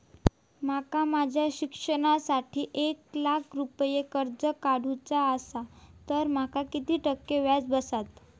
माका माझ्या शिक्षणासाठी एक लाख रुपये कर्ज काढू चा असा तर माका किती टक्के व्याज बसात?